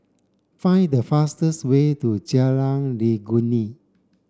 find the fastest way to Jalan Legundi